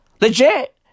Legit